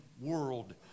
world